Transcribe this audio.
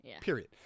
Period